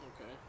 Okay